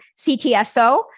CTSO